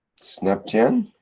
snep chien?